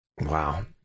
Wow